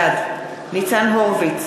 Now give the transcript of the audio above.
בעד ניצן הורוביץ,